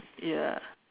ya